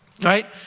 right